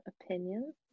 opinion